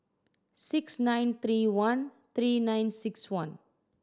six nine three one three nine six one